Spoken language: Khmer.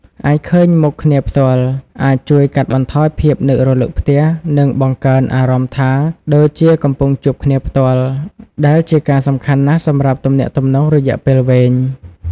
អាចមើលឃើញមុខគ្នាផ្ទាល់ អាចជួយកាត់បន្ថយភាពនឹករលឹកផ្ទះ និងបង្កើនអារម្មណ៍ថាដូចជាកំពុងជួបគ្នាផ្ទាល់ ដែលជាការសំខាន់ណាស់សម្រាប់ទំនាក់ទំនងរយៈពេលវែង ។